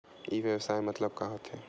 ई व्यवसाय मतलब का होथे?